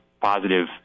positive